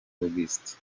augustin